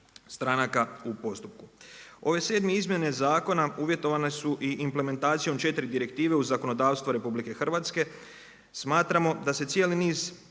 stranaka u postupku. Ove 7. izmjena zakona uvjetovane su i implementacijom 4 direktive uz zakonodavstvo RH. Smatramo da se cijeli niz